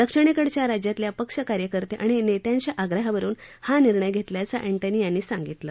दक्षिणेकडच्या राज्यातल्या पक्ष कार्यकर्ते आणि नेत्यांच्या आग्रहावरून हा निर्णय घेतल्याचं एन्टनी यांनी सांगितलं